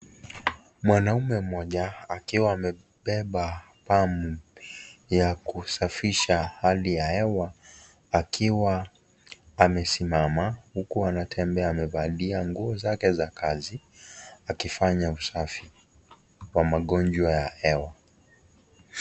Mwanaume mmoja akiwa amebeba pampu ya kusafisha hali ya hewa akiwa amesimama huku anatembea. Amevalia nguo zake za kazi akifanya usafi wa magonjwa ya hewa.